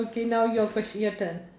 okay now your questi~ your turn